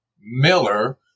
Miller